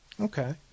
Okay